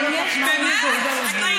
מה לא בסדר?